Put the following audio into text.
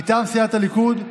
מטעם סיעת הליכוד,